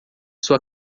sua